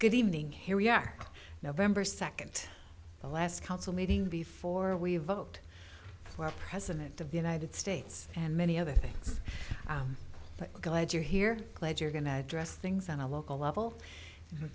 good evening here we are november second the last council meeting before we vote for president of the united states and many other things i'm glad you're here glad you're going to address things on a local level